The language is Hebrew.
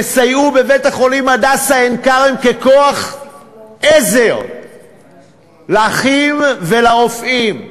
תסייעו בבית-החולים "הדסה עין-כרם" ככוח עזר לאחים ולרופאים.